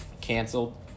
canceled